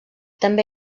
també